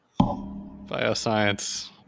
bioscience